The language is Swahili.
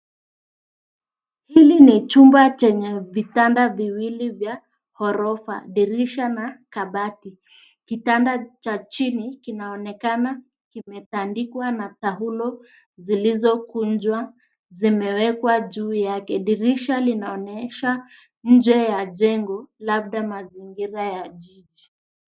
Hili ni chumba chenye vitanda viwili vya rafu, dirisha na kabati. Kitanda cha chini kinaonekana kimetandikwa na pazia zilizo kunjwa, zikiwa zimewekwa kwa uangalifu. Dirisha linaonesha mandhari ya jengo, labda mazingira ya karibu.